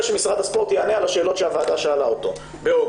שמשרד הספורט יענה על השאלות שהוועדה שאלה אותו באוגוסט,